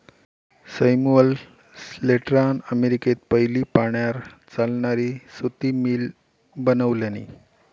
Samuel स्लेटरान अमेरिकेत पयली पाण्यार चालणारी सुती मिल बनवल्यानी